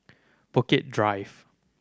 Bukit Drive